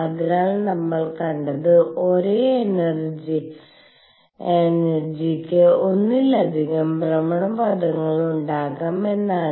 അതിനാൽ നമ്മൾ കണ്ടത് ഒരേ എനർജിത്തിന് ഒന്നിലധികം ഭ്രമണപഥങ്ങളുണ്ടാകാം എന്നാണ്